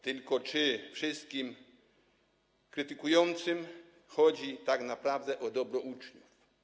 Tylko czy wszystkim krytykującym chodzi tak naprawdę o dobro uczniów?